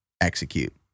execute